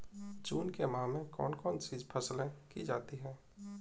जून के माह में कौन कौन सी फसलें की जाती हैं?